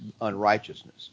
unrighteousness